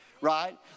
right